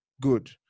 good